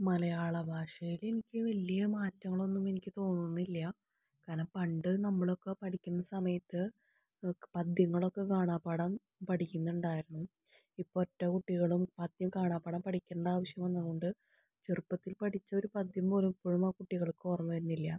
മലയാള ഭാഷയിലെനിക്ക് വലിയ മാറ്റങ്ങളൊന്നും എനിക്ക് തോന്നുന്നില്ല കാരണം പണ്ട് നമ്മളൊക്കെ പഠിക്കുന്ന സമയത്ത് പദ്യങ്ങളൊക്കെ കാണാപാഠം പഠിക്കുന്നുണ്ടായിരുന്നു ഇപ്പം ഒറ്റ കുട്ടികളും പദ്യം കാണാപ്പാഠം പഠിക്കേണ്ട ആവശ്യം വന്നതുകൊണ്ട് ചെറുപ്പത്തിൽ പഠിച്ച ഒരു പദ്യം പോലും ഇപ്പോഴും ആ കുട്ടികൾക്ക് ഓർമ്മ വരുന്നില്ല